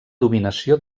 dominació